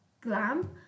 Glam